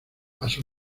pasa